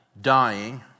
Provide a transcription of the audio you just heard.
dying